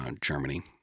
Germany